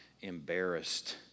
embarrassed